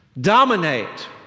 dominate